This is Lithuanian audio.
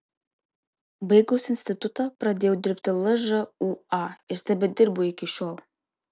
baigusi institutą pradėjau dirbti lžūa ir tebedirbu iki šiol